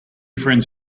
friends